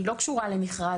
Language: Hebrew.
שהיא לא קשורה למכרז,